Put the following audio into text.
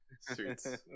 suits